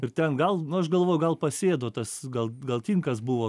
ir ten gal nu aš galvoju gal pasėdo tas gal gal tinkas buvo